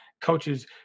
coaches –